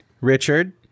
Richard